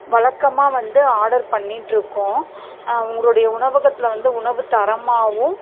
வழக்கமாக வந்து ஆடர் பண்ணிகிட்ருக்கோம் உங்களுடைய உணவகத்தில் வந்து உணவு தரமாகவும்